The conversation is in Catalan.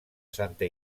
santa